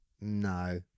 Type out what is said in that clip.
No